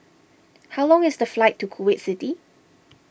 how long is the flight to Kuwait City